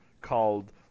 called